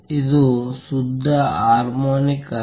ಇದು ಶುದ್ಧ ಹಾರ್ಮೋನಿಕ್ ಅಲ್ಲ